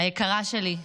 היקרה שלי,